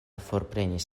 forprenis